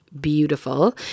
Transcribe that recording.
beautiful